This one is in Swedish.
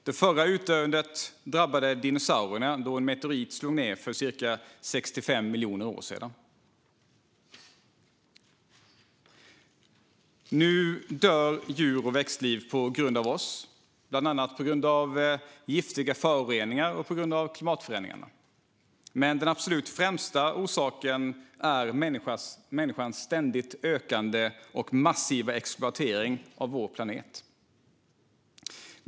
Det förra utdöendet drabbade dinosaurierna då en meteorit slog ned för ca 65 miljoner år sedan. Nu dör djur och växtliv på grund av oss, bland annat på grund av giftiga föroreningar och på grund av klimatförändringarna. Men den absolut främsta orsaken är människans ständigt ökande och massiva exploatering av vår planet.